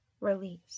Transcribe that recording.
release